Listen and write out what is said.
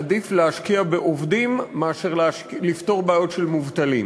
עדיף להשקיע בעובדים מאשר לפתור בעיות של מובטלים.